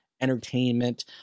entertainment